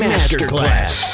Masterclass